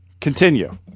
Continue